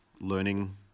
learning